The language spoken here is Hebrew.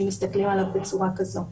אם מסתכלים עליו בצורה כזו.